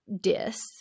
Dis